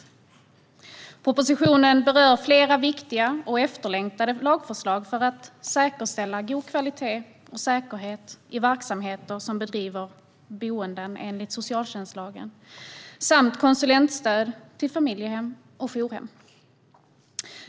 I propositionen berörs flera viktiga och efterlängtade lagförslag för att säkerställa god kvalitet och säkerhet i verksamheter som bedriver boenden enligt socialtjänstlagen samt konsulentstöd till familjehem och jourhem.